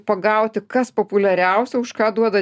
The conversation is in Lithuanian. pagauti kas populiariausia už ką duoda